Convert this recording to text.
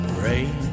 rain